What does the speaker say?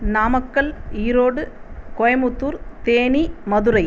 Namakkal Erode Coimbatore Theni Madurai